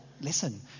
listen